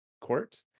court